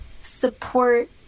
support